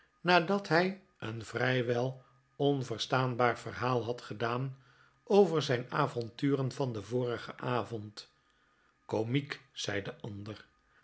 nadat hij een vrijwel onverstaanbaar verhaal had gedaan over zijn avonturen van den vorigen avond komiek zei de ander